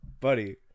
Buddy